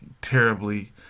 terribly